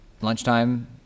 lunchtime